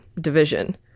division